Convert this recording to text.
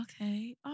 Okay